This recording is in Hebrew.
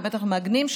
ובטח מעגנים,